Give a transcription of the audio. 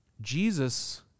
Jesus